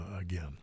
again